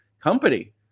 company